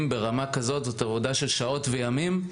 ברמה כזאת זאת עבודה של שעות וימים.